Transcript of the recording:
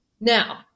Now